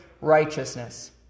righteousness